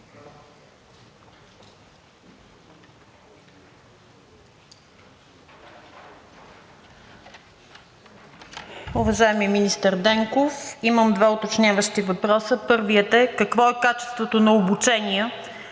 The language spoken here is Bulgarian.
Уважаеми министър Денков, имам два уточняващи въпроса. Първият е какво е качеството на обучение